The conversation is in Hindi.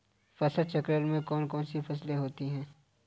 फसल चक्रण में कौन कौन सी फसलें होती हैं?